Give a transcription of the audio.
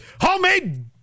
homemade